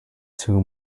too